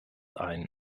ein